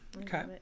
Okay